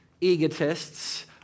egotists